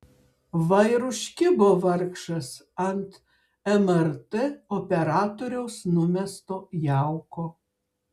va ir užkibo vargšas ant mrt operatoriaus numesto jauko